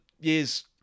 years